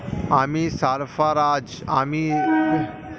আমি সার্ফারাজ, আমি বেকার হয়েও কি ব্যঙ্ক থেকে লোন নিতে পারি?